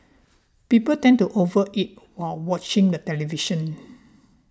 people tend to over eat while watching the television